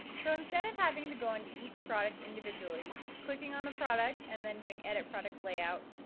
so instead of having to go into each product individually, clicking on the product, and then doing edit product layout,